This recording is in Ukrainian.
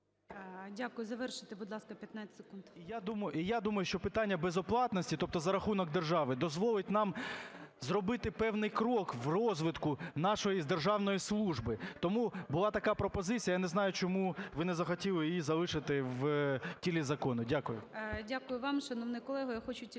Дякую, завершуйте, будь ласка, 15 секунд. ПИСАРЕНКО В.В. І я думаю, що питання безоплатності за рахунок держав, дозволить нам зробити певний крок в розвитку нашої державної служби. Тому була така пропозиція. Я не знаю, чому ви не захотіли залишити її в тілі закону. Дякую.